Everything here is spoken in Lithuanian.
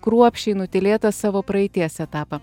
kruopščiai nutylėtą savo praeities etapą